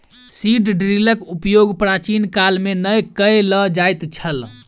seed ड्रीलक उपयोग प्राचीन काल मे नै कय ल जाइत छल